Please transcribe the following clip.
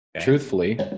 truthfully